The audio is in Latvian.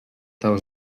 tavu